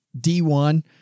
D1